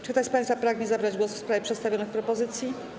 Czy ktoś z państwa pragnie zabrać głos w sprawie przedstawionych propozycji?